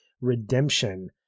redemption